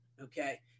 Okay